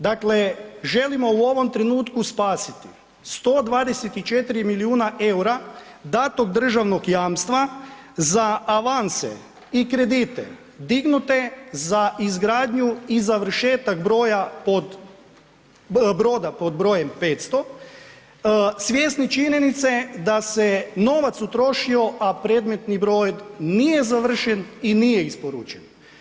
Dakle, želimo u ovom trenutku spasiti 124 milijuna eura datog državnog jamstva za avanse i kredite dignute za izgradnju i završetak broda pod br. 500 svjesni činjenice da se novac utrošio, a predmetni brod nije završen i nije isporučen.